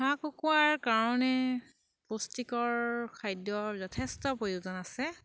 হাঁহ কুকুৰাৰ কাৰণে পুষ্টিকৰ খাদ্যৰ যথেষ্ট প্ৰয়োজন আছে